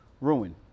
ruin